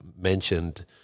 mentioned